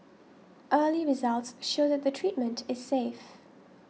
early results show that the treatment is safe